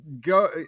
go